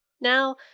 Now